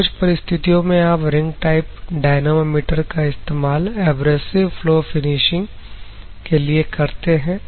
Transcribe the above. तो कुछ परिस्थितियों में आप रिंग टाइप डायनमोमीटर का इस्तेमाल एब्रेसिव फ्लो फिनिशिंग के लिए करते हैं